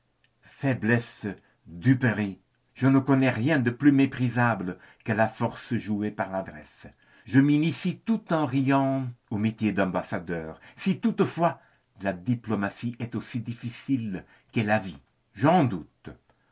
faiblesse duperie je ne connais rien de plus méprisable que la force jouée par l'adresse je m'initie tout en riant au métier d'ambassadeur si toutefois la diplomatie est aussi difficile que l'est la vie j'en doute